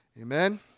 Amen